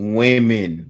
women